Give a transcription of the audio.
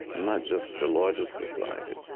not just the larger society,